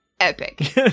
Epic